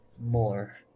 more